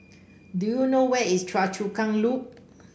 do you know where is Choa Chu Kang Loop